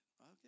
Okay